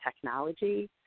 technology